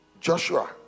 Joshua